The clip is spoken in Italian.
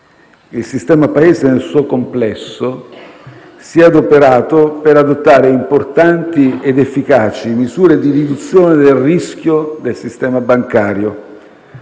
Il sistema Paese nel suo complesso si è adoperato per adottare importanti ed efficaci misure di riduzione del rischio del sistema bancario.